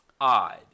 odd